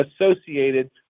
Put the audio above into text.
associated